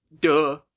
Duh